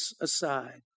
aside